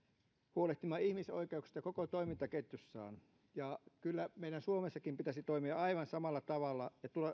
huolehtimaan ihmisoikeuksista koko toimintaketjussaan ja kyllä meidän suomessakin pitäisi toimia aivan samalla tavalla ja